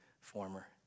former